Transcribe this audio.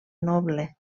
noble